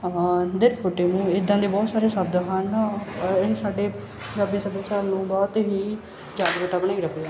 ਦੁਰ ਫਿੱਟੇ ਮੂੰਹ ਇੱਦਾਂ ਦੇ ਬਹੁਤ ਸਾਰੇ ਸ਼ਬਦ ਹਨ ਇਹ ਸਾਡੇ ਪੰਜਾਬੀ ਸੱਭਿਆਚਾਰ ਨੂੰ ਬਹੁਤ ਹੀ ਜਾਗਰੂਕਤਾ ਬਣਾਈ ਰੱਖਦੇ ਹਨ